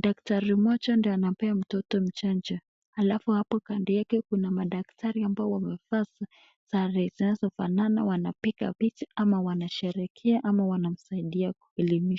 daktari moja ndio anapea mtoto chanjo. Halafu hapo kando yake kuna madaktari ambao wamevaa sare zinazofanana wanapiga picha ama wanasherehekea ama wanamsaidia ili .